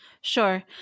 Sure